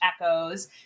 echoes